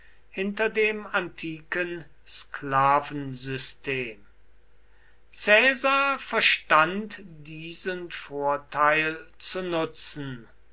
hinter dem antiken sklavensystem caesar verstand diesen vorteil zu nutzen